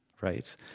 right